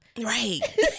Right